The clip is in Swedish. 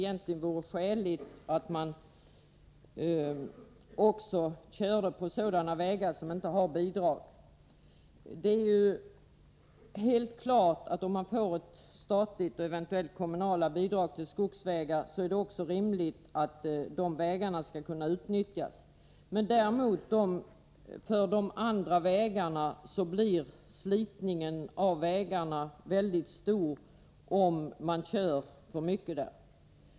Utskottet ser det som rimligt att allmänheten får utnyttja även sådana vägar som byggts utan bidrag. Det är helt klart, att om man får statliga och kommunala bidrag till skogsvägar, så är det också rimligt att dessa får utnyttjas. Däremot vill jag framhålla att förslitningen på vägarna blir stor om de utnyttjas för mycket.